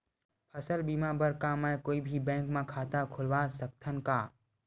फसल बीमा बर का मैं कोई भी बैंक म खाता खोलवा सकथन का?